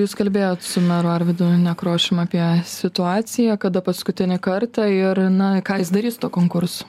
jūs kalbėjot su meru arvydu nekrošium apie situaciją kada paskutinį kartą ir na ką jis darys su tuo konkursu